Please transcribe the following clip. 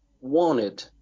wanted